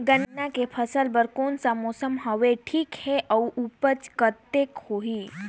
गन्ना के फसल बर कोन सा मौसम हवे ठीक हे अउर ऊपज कतेक होही?